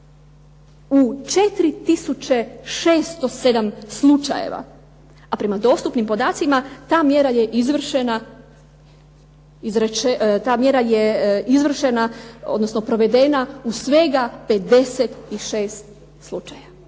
607 slučajeva, a prema dostupnim podacima ta mjera je izvršena odnosno provedena u svega 56 slučaja.